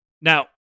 Now